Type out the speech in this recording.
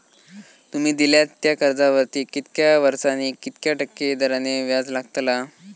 तुमि दिल्यात त्या कर्जावरती कितक्या वर्सानी कितक्या टक्के दराने व्याज लागतला?